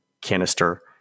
canister